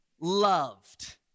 loved